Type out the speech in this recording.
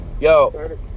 Yo